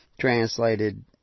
translated